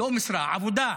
לא משרה, עבודה,